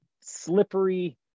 slippery